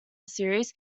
series